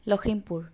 Lakhimpur